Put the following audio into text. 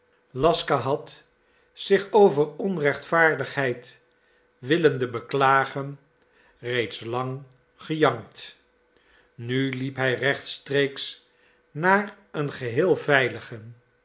laska had zich over onrechtvaardigheid willende beklagen reeds lang gejankt nu liep hij rechtstreeks naar een geheel veiligen